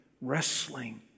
wrestling